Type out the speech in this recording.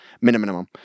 minimum